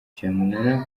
cyamunara